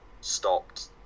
stopped